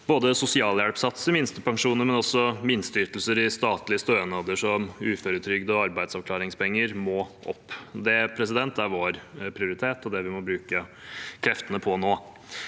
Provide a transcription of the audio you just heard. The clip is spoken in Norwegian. Både sosialhjelpssatser og minstepensjoner og også minsteytelser i statlige stønader, som uføretrygd og arbeidsavklaringspenger, må opp. Det er vår prioritet og det vi må bruke kreftene på nå.